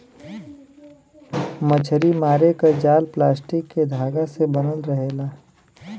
मछरी मारे क जाल प्लास्टिक के धागा से बनल रहेला